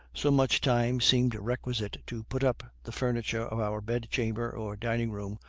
so much time seemed requisite to put up the furniture of our bed-chamber or dining-room,